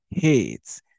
heads